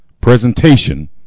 presentation